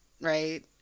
right